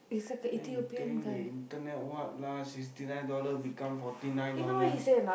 !huh! you think the internet what lah sixty nine dollar become Forty Nine dollar